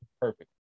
perfect